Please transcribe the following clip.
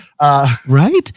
Right